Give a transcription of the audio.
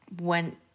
went